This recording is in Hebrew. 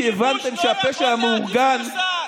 שנועדו להילחם בפשע,